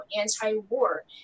anti-war